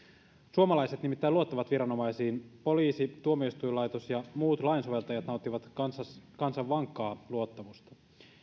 suomalaiset nimittäin luottavat viranomaisiin poliisi tuomioistuinlaitos ja muut lainsoveltajat nauttivat kansan kansan vankkaa luottamusta